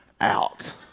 out